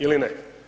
Ili ne.